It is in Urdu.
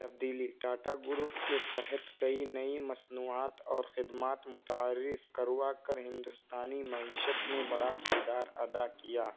تبدیلی ٹاٹا گروپ کے تحت کئی نئی مصنوعات اور خدمات متعارف کروا کر ہندوستانی معیشت میں بڑا کردار ادا کیا